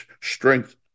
strength